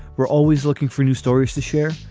we're always looking for new stories to share.